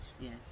Yes